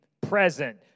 present